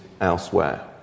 elsewhere